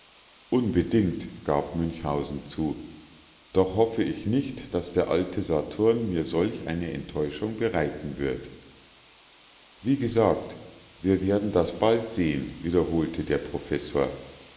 unbedingt gab münchhausen zu doch hoffe ich nicht daß der alte saturn mir solch eine enttäuschung bereiten wird wie gesagt wir werden das bald sehen wiederholte der professor